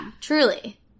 Truly